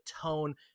tone